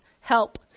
help